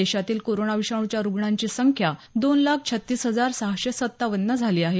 देशातील कोरोना विषाणूच्या रुग्णांची संख्या दोन लाख छत्तीस हजार सहाशे सत्तावन्न झाली आहे